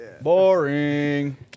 Boring